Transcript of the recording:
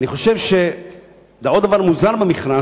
אני חושב שיש עוד דבר מוזר במכרז.